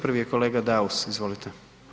Prvi je kolega Daus, izvolite.